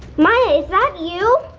maya, is that you?